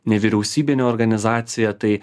nevyriausybinė organizacija tai